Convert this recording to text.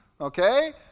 okay